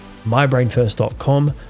mybrainfirst.com